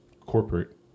corporate